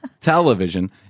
television